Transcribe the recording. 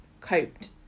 coped